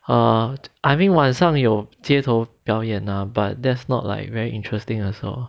uh I mean 晚上有街头表演 lah but that's not like very interesting also